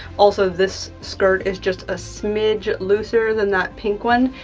also, this skirt is just a smidge looser than that pink one,